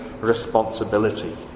responsibility